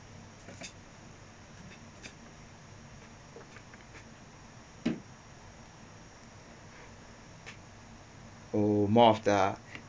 oh more of the